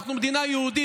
אנחנו מדינה יהודית.